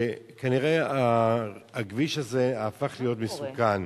כנראה הכביש הזה הפך להיות מסוכן.